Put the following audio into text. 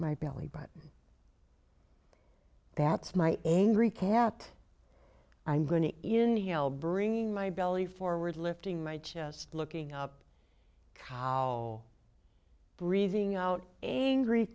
my belly button that's my angry cat i'm going to inhale bringing my belly forward lifting my chest looking up how breathing out a